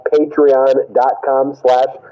Patreon.com/slash